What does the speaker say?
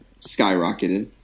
skyrocketed